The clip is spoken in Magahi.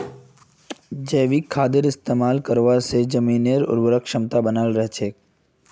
जैविक खादेर इस्तमाल करवा से जमीनेर उर्वरक क्षमता बनाल रह छेक